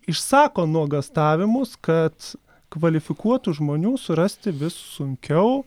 išsako nuogąstavimus kad kvalifikuotų žmonių surasti vis sunkiau